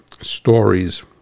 stories